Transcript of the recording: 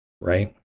Right